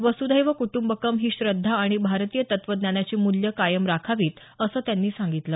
वसुधैव क्टंबकम् ही श्रद्धा आणि भारतीय तत्त्वज्ञानाची मूल्यं कायम राखावीत असं त्यांनी सांगितलं